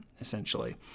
essentially